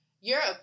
Europe